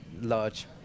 large